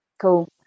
Cool